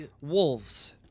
Wolves